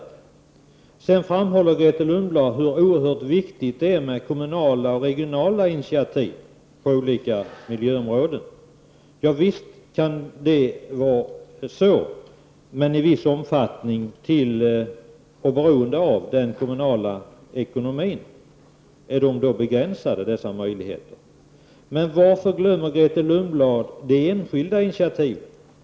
Grethe Lundblad framhåller hur oerhört viktigt det är med kommunala och regionala initiativ på olika miljöområden. Ja, visst är det så, men man 35 är i stor utsträckning beroende av den kommunala ekonomin. Oftast är de ekonomiska möjligheterna begränsade. Varför glömmer Grethe Lundblad de enskilda initiativen?